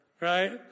right